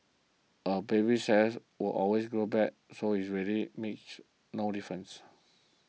a baby's says will always grow back so it really makes no difference